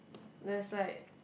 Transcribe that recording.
that's like